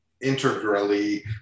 integrally